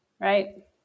Right